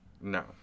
No